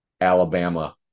alabama